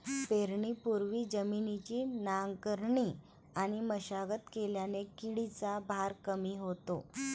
पेरणीपूर्वी जमिनीची नांगरणी आणि मशागत केल्याने किडीचा भार कमी होतो